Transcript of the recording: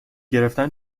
گرفتن